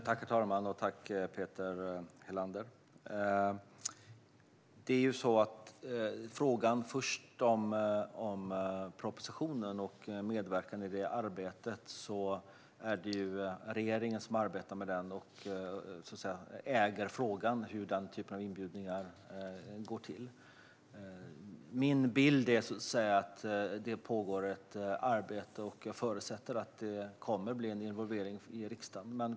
Herr talman! Jag början med frågan om propositionen och medverkan i det arbetet. Det är ju regeringen som arbetar med detta och som äger frågan om hur den typen av inbjudningar går till. Min bild är att det pågår ett arbete, och jag förutsätter att riksdagen kommer att involveras.